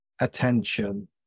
attention